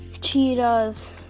cheetahs